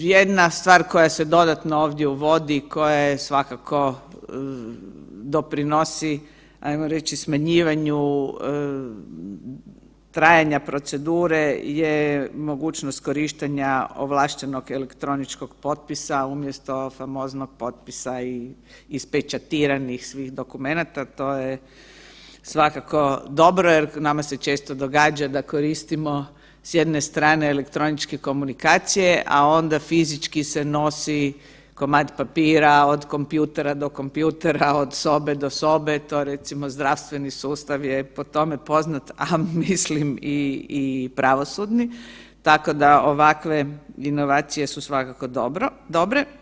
Jedna stvar koja se dodatno uvodi koja je svakako doprinosi, ajmo reći smanjivanju trajanja procedure je mogućnost korištenja ovlaštenog elektroničkog potpisa umjesto famoznog potpisa i ispečatiranih dokumenata, to je svakako dobro jer nama se često događa da koristimo s jedne strane elektroničke komunikacije, a onda fizički se nosi komad papira od kompjutera do kompjutera od sobe do sobe, to recimo zdravstveni sustav je po tome poznat, a mislim i pravosudni, tako da ovakve inovacije su svakako dobre.